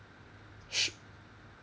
sure